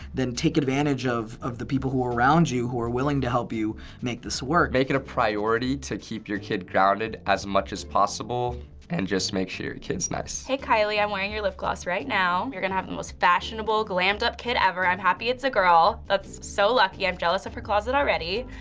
then take advantage of of the people who are around you who are willing to help you make this work. make it a priority to keep your kid grounded as much as possible and just make sure your kid's nice. hey, kylie. i'm wearing your lip gloss right now. you're gonna have the most fashionable, glammed up kid ever. i'm happy it's a girl. that's so lucky. i'm jealous of her closet already.